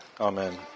amen